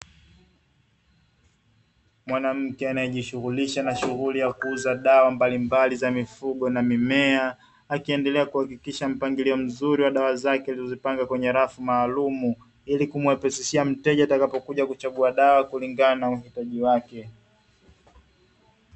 Mwanamke anaejishughulisha na shughuli ya kuuza dawa mbalimbali za mifugo na mimea, akiendelea kuhakikisha mpangilio mzuri wa dawa zake alizozipanga kwenye rafu maalumu, ili kumuwepesishia mteja atakapokuja kuchagua dawa kulingana na uhitaji wake.